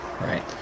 Right